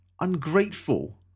ungrateful